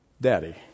daddy